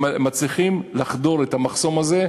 מצליחים לחדור את המחסום הזה,